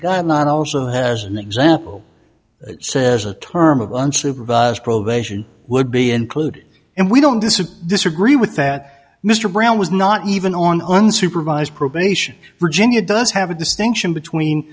as an example it says a term of unsupervised probation would be included and we don't disagree disagree with that mr brown was not even on unsupervised probation virginia does have a distinction between